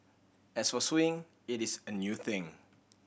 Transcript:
as for suing it is a new thing